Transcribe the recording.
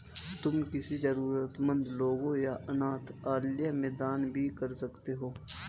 तुम किसी जरूरतमन्द लोगों या अनाथालय में दान भी कर सकते हो